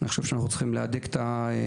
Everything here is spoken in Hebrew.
אני חושב שאנחנו צריכים להדק את השורות